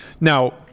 Now